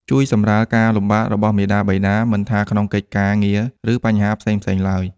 ជួយសម្រាលការលំបាករបស់មាតាបិតា មិនថាក្នុងកិច្ចការងារ ឬបញ្ហាផ្សេងៗឡើយ។